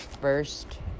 first